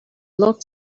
locked